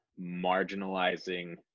marginalizing